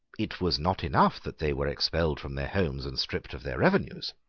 it was not enough that they were expelled from their homes and stripped of their revenues.